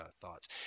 thoughts